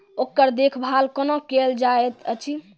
ओकर देखभाल कुना केल जायत अछि?